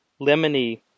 lemony